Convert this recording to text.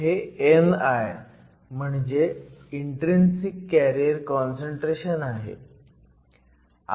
हे ni म्हणजे intrinsic carrier concentration आहे